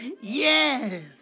yes